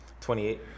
28